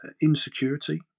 insecurity